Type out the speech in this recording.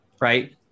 right